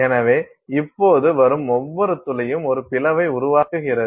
எனவே இப்போது வரும் ஒவ்வொரு துளியும் ஒரு பிளவை உருவாக்குகிறது